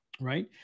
right